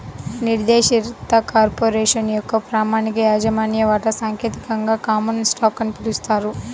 నిర్దేశిత కార్పొరేషన్ యొక్క ప్రామాణిక యాజమాన్య వాటా సాంకేతికంగా కామన్ స్టాక్ అని పిలుస్తారు